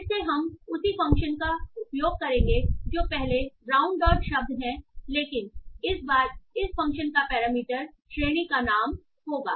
फिर से हम उसी फ़ंक्शन का उपयोग करेंगे जो पहले ब्राउन डॉट शब्द हैं लेकिन इस बार इस फ़ंक्शन का पैरामीटर श्रेणी का नाम होगा